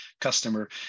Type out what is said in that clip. customer